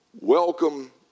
Welcome